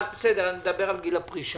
אבל נדבר על גיל הפרישה.